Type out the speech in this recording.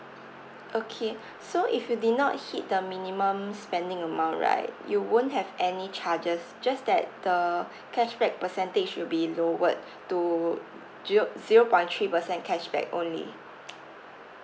okay so if you did not hit the minimum spending amount right you won't have any charges just that the cashback percentage will be lowered to zero zero point three percent cashback only